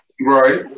Right